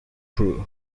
true